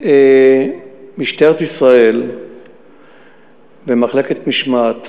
משטרת ישראל ומחלקת משמעת